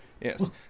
Yes